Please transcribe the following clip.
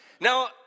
Now